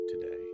today